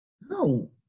No